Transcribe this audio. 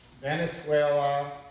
Venezuela